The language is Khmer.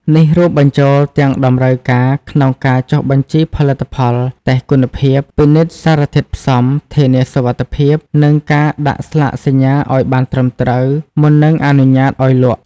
នេះរួមបញ្ចូលទាំងតម្រូវការក្នុងការចុះបញ្ជីផលិតផល តេស្តគុណភាព ពិនិត្យសារធាតុផ្សំ ធានាសុវត្ថិភាព និងការដាក់ស្លាកសញ្ញាឲ្យបានត្រឹមត្រូវ មុននឹងអនុញ្ញាតឲ្យលក់។